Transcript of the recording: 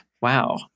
Wow